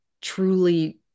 truly